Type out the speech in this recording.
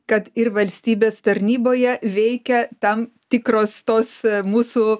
kad ir valstybės tarnyboje veikia tam tikros tos mūsų